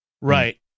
Right